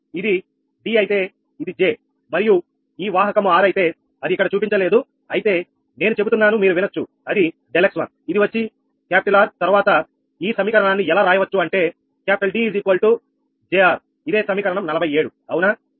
ఇది D అయితే ఇది J మరియు ఈ వాహకము R అయితే అది ఇక్కడ చూపించలేదు అయితే నేను చెబుతున్నాను మీరు వినొచ్చు అది ∆𝑥1ఇది వచ్చి R తర్వాత ఈ సమీకరణాన్ని ఎలా రాయవచ్చు అంటే D J R ఇదే సమీకరణం 47 అవునా